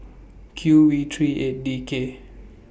Q V three eight D K